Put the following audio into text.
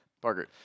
Parker